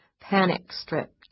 panic-stripped